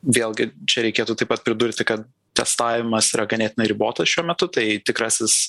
vėlgi čia reikėtų taip pat pridurti kad testavimas yra ganėtinai ribotas šiuo metu tai tikrasis